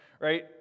right